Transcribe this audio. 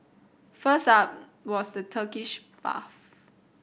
first up was the Turkish bath